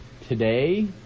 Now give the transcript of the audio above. today